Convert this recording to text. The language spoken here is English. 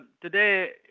today